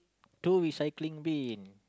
two recycling bin